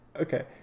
okay